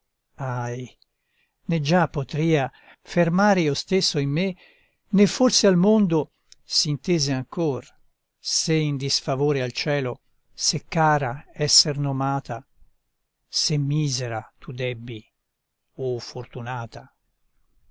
ahi né già potria fermare io stesso in me né forse al mondo s'intese ancor se in disfavore al cielo se cara esser nomata se misera tu debbi o fortunata